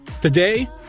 Today